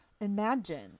imagine